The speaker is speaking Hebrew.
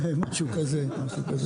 משהו כזה.